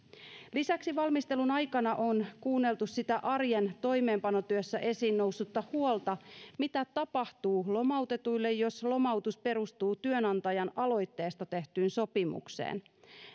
lisäksi valmistelun aikana on kuunneltu sitä arjen toimeenpanotyössä esiin noussutta huolta mitä tapahtuu lomautetuille jos lomautus perustuu työnantajan aloitteesta tehtyyn sopimukseen